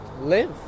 live